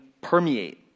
permeate